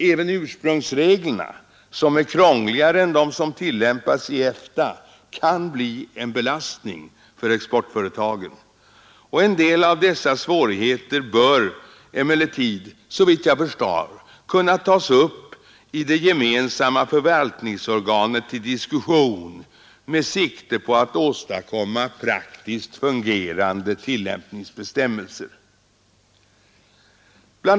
Även ursprungsreglerna, som är krångligare än de som tillämpas i EFTA, kan bli en belastning för exportföretagen. En del av dessa svårigheter bör emellertid såvitt jag kan förstå kunna tas upp till diskussion i det gemensamma förvaltningsorganet med sikte på att åstadkomma praktiskt fungerande tillämpningsbestämmelser. Bl.